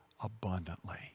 abundantly